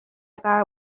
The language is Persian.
قرار